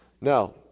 Now